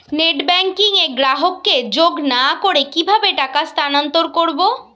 Net banking এ গ্রাহককে যোগ না করে কিভাবে টাকা স্থানান্তর করব?